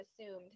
assumed